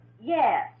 Yes